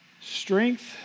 strength